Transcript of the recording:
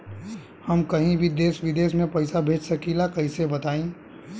हम कहीं भी देश विदेश में पैसा भेज सकीला कईसे बताई?